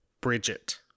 Bridget